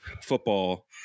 football